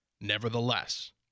Nevertheless